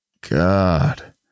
god